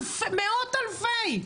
מאות אלפי.